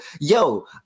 yo